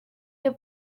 you